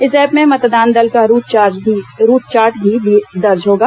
इस ऐप में मतदान दल का रूट चार्ट भी दर्ज होगा